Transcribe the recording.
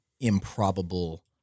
improbable